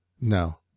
No